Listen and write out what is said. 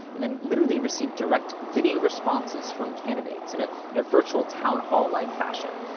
and then literally receive direct video responses from candidates in a, in a virtual town hall-like fashion.